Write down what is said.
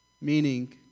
meaning